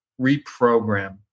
reprogram